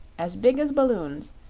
as big as balloons,